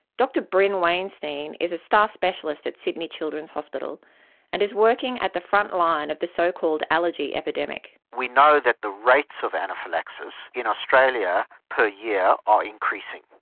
dr brynn wainstein is a staff specialist at sydney children's hospital and is working at the frontline of the so-called allergy epidemic. we know that the rates of anaphylaxis in australia per year are increasing,